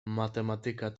matematyka